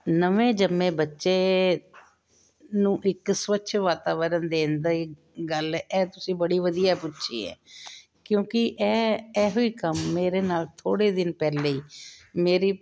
ਨਵੇਂ ਜੰਮੇ ਬੱਚੇ ਨੂੰ ਇੱਕ ਸਵੱਛ ਵਾਤਾਵਰਨ ਦੇਣ ਦੀ ਗੱਲ ਇਹ ਤੁਸੀਂ ਬੜੀ ਵਧੀਆ ਪੁੱਛੀ ਹੈ ਕਿਉਂਕਿ ਇਹ ਇਹੋ ਹੀ ਕੰਮ ਮੇਰੇ ਨਾਲ ਥੋੜ੍ਹੇ ਦਿਨ ਪਹਿਲੇ ਹੀ ਮੇਰੀ